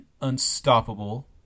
unstoppable